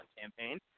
campaign